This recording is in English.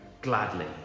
gladly